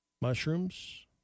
Mushrooms